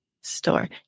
store